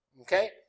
Okay